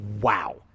Wow